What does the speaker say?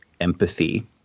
empathy